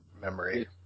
memory